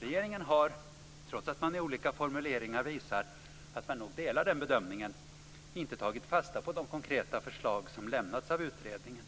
Regeringen har, trots att man i olika formuleringar visar att man nog delar den bedömningen, inte tagit fasta på de konkreta förslag som lämnats av utredningen.